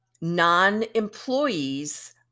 non-employees